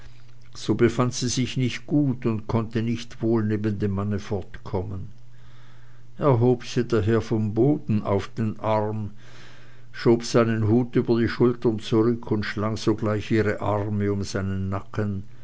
so befand sie sich nicht gut und konnte nicht wohl neben dem manne fortkommen er hob sie daher vom boden auf den arm schob seinen hut über die schultern zurück sie schlang sogleich ihre arme um seinen nacken